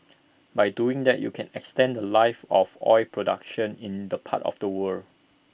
by doing that you can extend The Life of oil production in the part of the world